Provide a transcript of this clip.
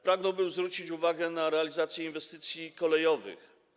Pragnąłby zwrócić uwagę na realizację inwestycji kolejowych.